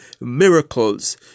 miracles